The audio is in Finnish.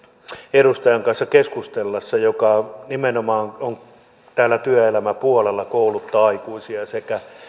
edustajan kanssa joka nimenomaan työelämäpuolella kouluttaa aikuisia sekä